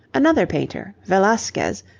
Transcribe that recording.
another painter, velasquez,